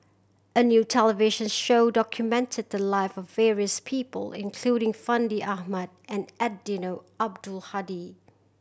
a new television show documented the live of various people including Fandi Ahmad and Eddino Abdul Hadi